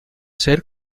ser